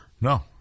No